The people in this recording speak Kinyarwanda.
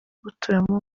guturamo